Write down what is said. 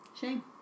Shame